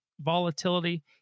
volatility